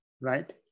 right